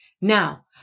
Now